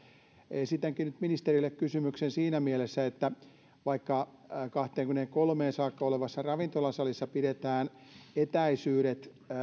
esitänkin ministerille kysymyksen siinä mielessä että vaikka kahteenkymmeneenkolmeen saakka auki olevassa ravintolasalissa pidetään etäisyydet